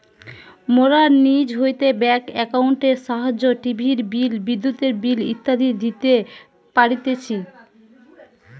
মোরা নিজ হইতে ব্যাঙ্ক একাউন্টের সাহায্যে টিভির বিল, বিদ্যুতের বিল ইত্যাদি দিতে পারতেছি